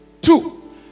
Two